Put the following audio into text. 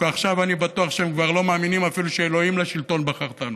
כי עכשיו אני בטוח שהם כבר לא מאמינים אפילו שאלוהים לשלטון בחרתנו.